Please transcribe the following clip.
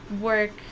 work